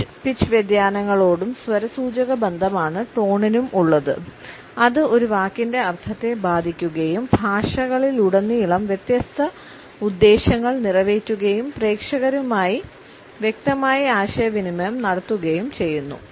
pitch pitch വ്യതിയാനങ്ങളോടും സ്വരസൂചക ബന്ധമാണ് ടോണിനു ഉള്ളത് അത് ഒരു വാക്കിന്റെ അർത്ഥത്തെ ബാധിക്കുകയും ഭാഷകളിലുടനീളം വ്യത്യസ്ത ഉദ്ദേശ്യങ്ങൾ നിറവേറ്റുകയും പ്രേക്ഷകരുമായി വ്യക്തമായി ആശയവിനിമയം നടത്തുകയും ചെയ്യുന്നു